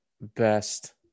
best